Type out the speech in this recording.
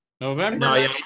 November